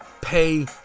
Pay